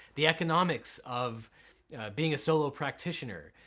the economics of being a solo practitioner,